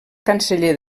canceller